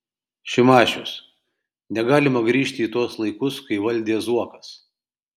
šimašius negalima grįžti į tuos laikus kai valdė zuokas